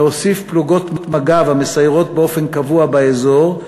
להוסיף פלוגות מג"ב המסיירות באופן קבוע באזור,